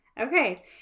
Okay